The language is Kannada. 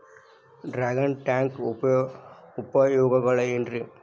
ಡ್ರ್ಯಾಗನ್ ಟ್ಯಾಂಕ್ ಉಪಯೋಗಗಳೆನ್ರಿ?